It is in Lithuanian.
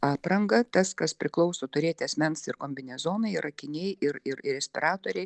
aprangą tas kas priklauso turėti asmens ir kombinezonai ir akiniai ir ir ir respiratoriai